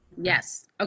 Yes